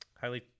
highly